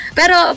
pero